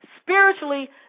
Spiritually